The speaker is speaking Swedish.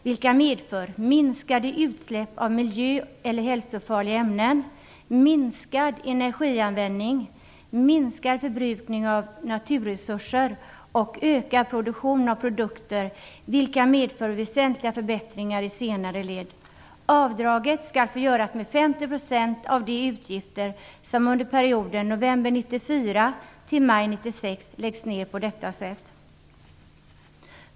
Dessa medför minskade utsläpp av miljö eller hälsofarliga ämnen, minskad energianvändning, minskad förbrukning av naturresurser och ökad produktion av produkter, vilka medför väsentliga förbättringar i senare led. Avdraget skall få göras med 1994 till maj 1996 läggs ner på detta sätt.